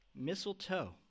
Mistletoe